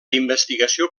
investigació